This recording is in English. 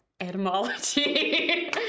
Etymology